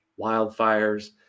wildfires